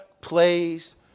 plays